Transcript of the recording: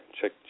check